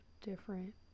different